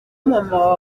mama